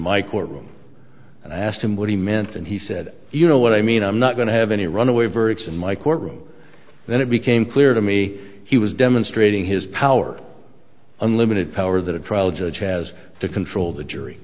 my courtroom and i asked him what he meant and he said you know what i mean i'm not going to have any runaway verdicts in my courtroom then it became clear to me he was demonstrating his power unlimited power that a trial judge has to control the jury